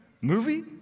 movie